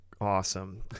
Awesome